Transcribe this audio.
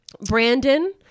Brandon